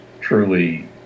truly